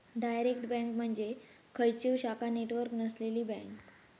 direct bank म्हणजे खंयचीव शाखा नेटवर्क नसलेली बँक